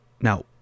Now